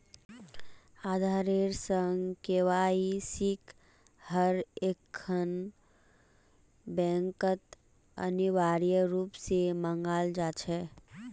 आधारेर संग केवाईसिक हर एकखन बैंकत अनिवार्य रूप स मांगाल जा छेक